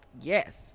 Yes